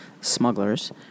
smugglers